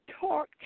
talk